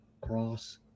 cross